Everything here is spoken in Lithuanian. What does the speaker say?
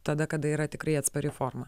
tada kada yra tikrai atspari forma